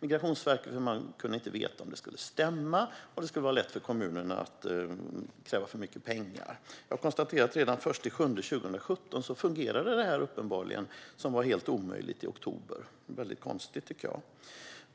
Migrationsverket. Man kunde inte veta om det skulle stämma, och det skulle vara lätt för kommunerna att kräva för mycket pengar. Jag konstaterar att redan den 1 juli 2017 fungerade uppenbarligen det som var helt omöjligt i oktober 2016. Det tycker jag är väldigt konstigt.